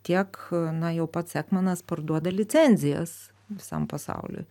tiek na jau pats ekmanas parduoda licenzijas visam pasauliui